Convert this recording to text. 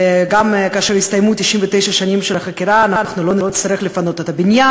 וגם כאשר יסתיימו 99 השנים של החכירה אנחנו לא נצטרך לפנות את הבניין,